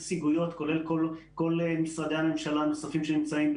הציגו בשנים האחרונות המלצות איך לחזק את הדיפלומטיה הישראלית,